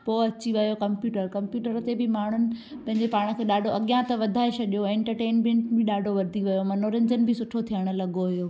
पो अची वियो कंप्यूटर कंप्यूटर ते बि माण्हुनि पंहिंजे पाण खे ॾाढो अॻियां त वधाए छॾियो आहे एंटरटेनमेंट बि ॾाढो वधी वियो आहे मनोरंजन बि सुठो थियणु लॻो हुओ